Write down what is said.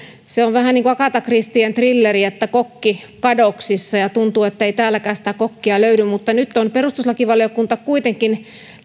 se on vähän niin kuin agatha christien trilleri kokki kadoksissa ja tuntuu ettei täälläkään sitä kokkia löydy mutta nyt on perustuslakivaliokunta kuitenkin